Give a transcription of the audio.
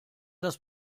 das